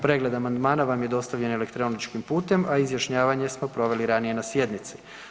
Pregled amandmana vam je dostavljen elektroničkim putem, a izjašnjavanje smo proveli ranije na sjednici.